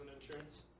insurance